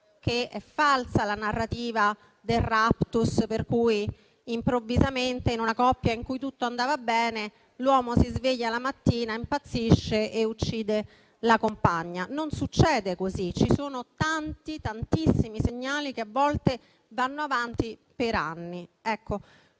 che è falsa la narrativa del *raptus* per cui improvvisamente, in una coppia in cui tutto andava bene, l'uomo si sveglia la mattina, impazzisce e uccide la compagna. Non succede così, ci sono tantissimi segnali che a volte si manifestano per anni.